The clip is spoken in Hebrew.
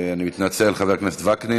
אני מתנצל, חבר הכנסת וקנין.